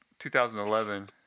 2011